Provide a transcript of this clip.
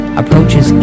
approaches